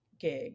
gig